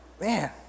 Man